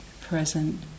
present